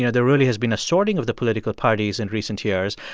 yeah there really has been a sorting of the political parties in recent years.